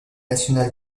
national